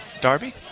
Darby